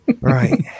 Right